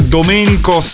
Domenico